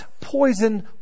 poison